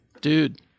Dude